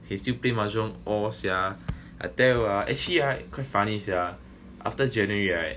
can still play mahjong all sia I tell you ah actually right quite funny sian after january right